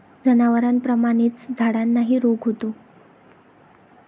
जनावरांप्रमाणेच झाडांनाही रोग होतो